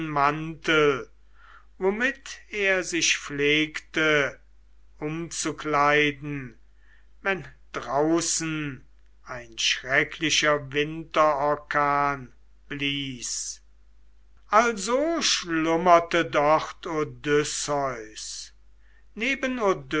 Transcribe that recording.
mantel womit er sich pflegte umzukleiden wenn draußen ein schrecklicher winterorkan blies also schlummerte dort odysseus neben